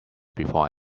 before